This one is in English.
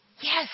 Yes